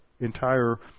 entire